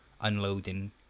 unloading